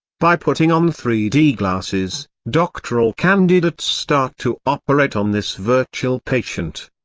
by putting on three d glasses, doctoral candidates start to operate on this virtual patient.